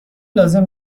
لازم